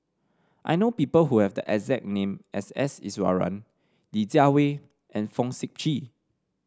I know people who have the exact name as S Iswaran Li Jiawei and Fong Sip Chee